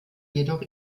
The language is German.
jedoch